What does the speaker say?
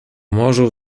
morzu